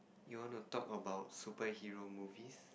you want to talk about superhero movies